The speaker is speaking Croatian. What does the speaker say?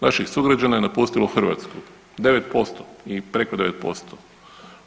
naših sugrađana je napustilo Hrvatsku, 9% i preko 9%